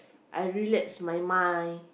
I relax my mind